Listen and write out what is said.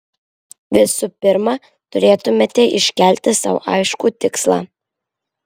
visų pirma turėtumėte iškelti sau aiškų tikslą